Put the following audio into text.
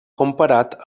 comparat